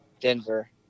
Denver